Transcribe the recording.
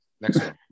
Next